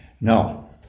No